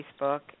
Facebook